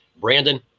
Brandon